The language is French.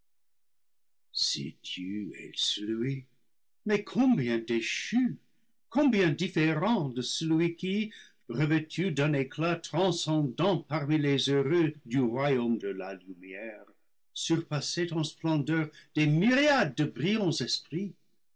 es celui mais combien déchu combien différent de celui qui revêtu d'un éclat transcendant parmi les heureux du royaume de la lumière surpassait en splendeur des myriades de brillants esprits